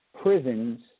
prisons